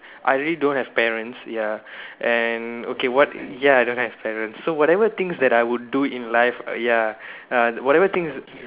I really don't have parents ya and okay what ya I don't have parents so whatever things that I would do in life ya uh whatever things